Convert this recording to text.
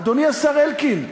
אדוני השר אלקין.